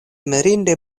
mirinde